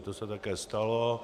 To se také stalo.